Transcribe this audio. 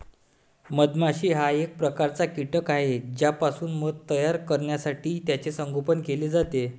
मधमाशी हा एक प्रकारचा कीटक आहे ज्यापासून मध तयार करण्यासाठी त्याचे संगोपन केले जाते